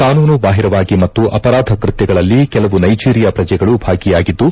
ಕಾನೂನು ಬಾಹಿರವಾಗಿ ಮತ್ತು ಅಪರಾಧ ಕೃತ್ಯಗಳಲ್ಲಿ ಕೆಲವು ನೈಜೀರಿಯಾ ಪ್ರಜೆಗಳು ಭಾಗಿಯಾಗಿದ್ದು